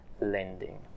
lending